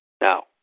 Now